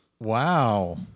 Wow